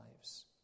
lives